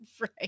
right